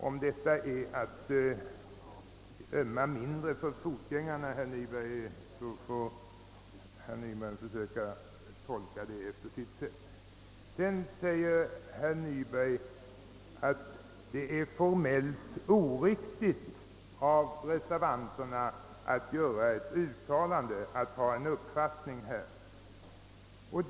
Om detta är att ömma mindre för fotgängarna, får den tolkningen stå för herr Nybergs räkning. Sedan säger herr Nyberg att det är formellt oriktigt av reservanterna att göra ett uttalande, att ha en uppfattning i denna fråga.